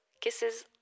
Kisses